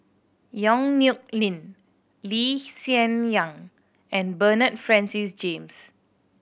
Yong Nyuk Lin Lee Hsien Yang and Bernard Francis James